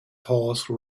horse